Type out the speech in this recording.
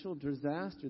disaster